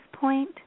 point